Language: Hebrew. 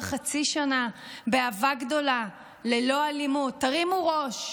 חצי שנה באהבה גדולה ללא אלימות: תרימו ראש.